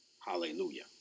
hallelujah